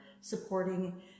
supporting